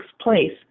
place